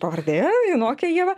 pavardė junokė ieva